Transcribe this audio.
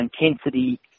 intensity